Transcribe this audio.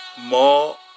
more